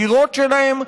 בדירות שלהם,